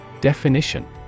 Definition